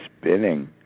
spinning